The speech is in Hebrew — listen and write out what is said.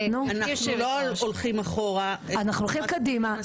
אנחנו לא הולכים אחורה --- אנחנו הולכים קדימה,